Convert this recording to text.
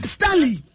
Stanley